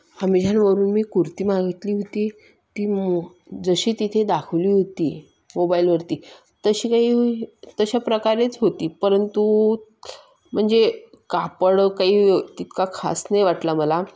अमेझॉनवरून मी कुर्ती मागितली होती ती मो जशी तिथे दाखवली होती मोबाईलवरती तशी काही तशा प्रकारेच होती परंतु म्हणजे कापड काही तितका खास नाही वाटला मला